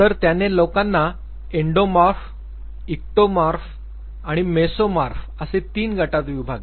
तर त्याने लोकांना एंडोमॉर्फ इक्टोमॉर्फ आणि मेसोमॉर्फ असे तीन गटात विभागले